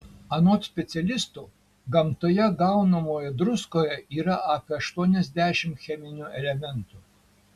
anot specialistų gamtoje gaunamoje druskoje yra apie aštuoniasdešimt cheminių elementų